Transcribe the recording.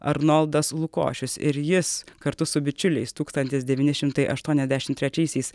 arnoldas lukošius ir jis kartu su bičiuliais tūkstantis devyni šimtai aštuoniasdešimt trečiaisiais